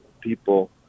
people